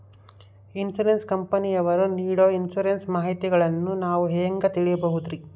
Insurance ಕಂಪನಿಯವರು ನೇಡೊ insurance ಮಾಹಿತಿಗಳನ್ನು ನಾವು ಹೆಂಗ ತಿಳಿಬಹುದ್ರಿ?